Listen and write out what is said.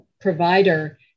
provider